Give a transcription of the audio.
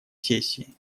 сессии